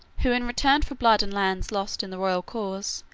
who, in return for blood and lands lost in the royal cause,